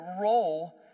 role